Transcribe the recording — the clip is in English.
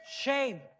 Shame